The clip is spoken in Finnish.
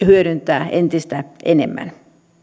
hyödyntää entistä enemmän